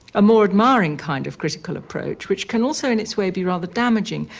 a more admiring kind of critical approach, which can also in its way be rather damaging,